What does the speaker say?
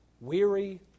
weary